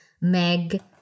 Meg